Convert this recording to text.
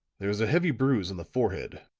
there is a heavy bruise on the forehead,